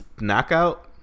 knockout